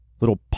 little